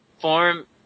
form